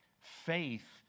Faith